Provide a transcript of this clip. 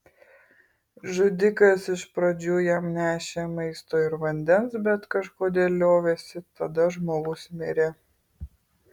žudikas iš pradžių jam nešė maisto ir vandens bet kažkodėl liovėsi tada žmogus mirė